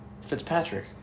Fitzpatrick